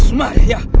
man. yeah